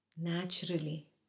naturally